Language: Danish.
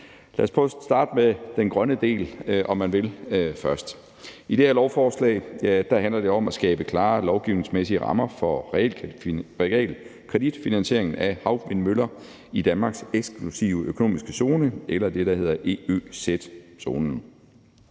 at starte med den grønne del, om man vil. I det her lovforslag handler det om at skabe klare lovgivningsmæssige rammer for realkreditfinansiering af havvindmøller i Danmarks eksklusive økonomiske zone – det, der også hedder EØZ-zonen.